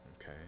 Okay